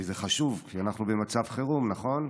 כי זה חשוב, כי אנחנו במצב חירום, נכון?